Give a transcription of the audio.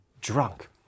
drunk